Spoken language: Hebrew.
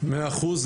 מאה אחוז,